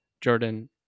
Jordan